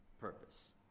purpose